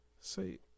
say